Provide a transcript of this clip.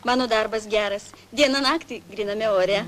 mano darbas geras dieną naktį gryname ore